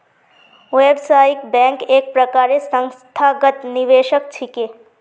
व्यावसायिक बैंक एक प्रकारेर संस्थागत निवेशक छिके